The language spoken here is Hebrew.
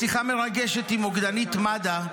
בשיחה מרגשת עם מוקדנית מד"א,